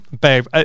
Babe